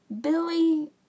Billy